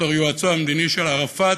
בתור יועצו המדיני של ערפאת,